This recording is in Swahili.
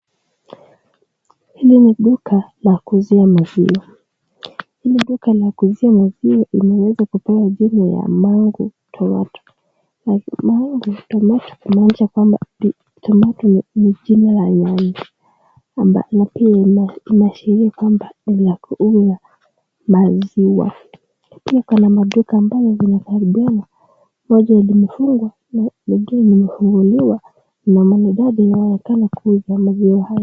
Hili ni duka la kuuzia maziwa. Hili duka la kuuzia maziwa limeweza kupewa jina ya Mango Tomato. Mango Tomato tumaanisha kwamba tomato ni jina la nyanya. Na pia inashiria kwamba ni la kuuza maziwa. Pia kuna maduka ambayo yanafanana. Moja limefungwa na lingine limefunguliwa na mwanadada yawezekana kuuza maziwa lile.